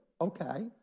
Okay